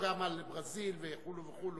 או גם על ברזיל וכו' וכו'?